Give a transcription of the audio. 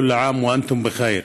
כל עאם ואנתום בח'יר.